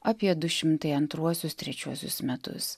apie du šimtai antruosius trečiuosius metus